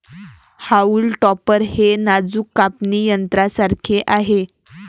haulm topper हे नाजूक कापणी यंत्रासारखे आहे